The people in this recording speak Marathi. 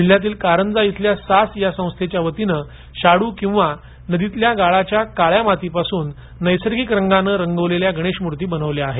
जिल्ह्यातील कारंजा इथल्या सास या संस्थेच्यावतीने शाडू अथवा नदीतील गाळाच्या काळ्या मातीपासून नैसर्गिक रंगाने गणेश मूर्ती बनवल्या आहेत